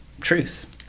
truth